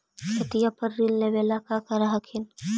खेतिया पर ऋण लेबे ला की कर हखिन?